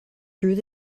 through